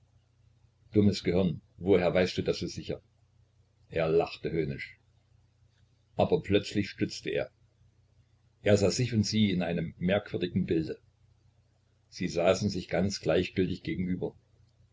dummes gehirn woher weißt du das so sicher er lachte höhnisch aber plötzlich stutzte er er sah sich und sie in einem merkwürdigen bilde sie saßen sich ganz gleichgültig gegenüber